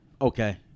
okay